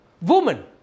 woman